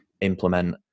implement